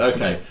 Okay